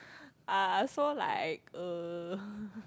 uh so like uh